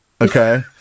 okay